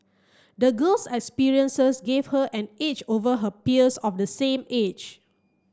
the girl's experiences gave her an edge over her peers of the same age